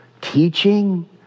teaching